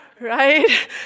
right